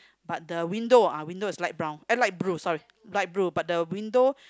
but the window ah window is light brown eh light blue sorry light blue light blue but the window